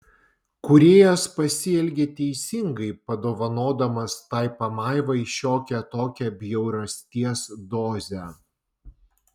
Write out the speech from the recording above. kūrėjas pasielgė teisingai padovanodamas tai pamaivai šiokią tokią bjaurasties dozę